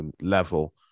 level